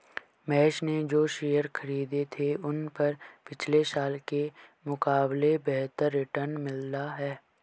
महेश ने जो शेयर खरीदे थे उन पर पिछले साल के मुकाबले बेहतर रिटर्न मिला है